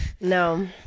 No